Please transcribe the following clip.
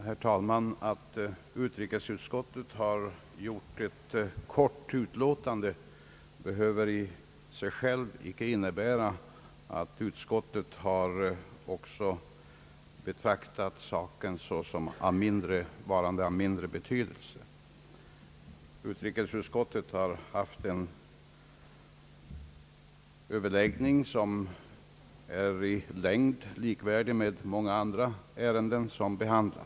Herr talman! Att utrikesutskottet avgivit ett kort utlåtande behöver i sig själv icke innebära att utskottet också har betraktat saken såsom varande av mindre betydelse. Utrikesutskottet har i denna fråga haft en överläggning som i fråga om längden är likvärdig med vad som förekommit i många andra ärenden som det behandlat.